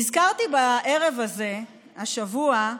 נזכרתי בערב הזה השבוע,